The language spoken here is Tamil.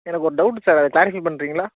எனக்கு ஒரு டவுட்டு சார் க்ளாரிஃபை பண்ணுறீங்களா